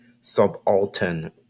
subaltern